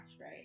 right